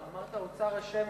אמרת: האוצר אשם,